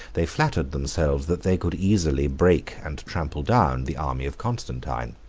they flattered themselves that they could easily break and trample down the army of constantine.